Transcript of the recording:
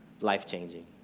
life-changing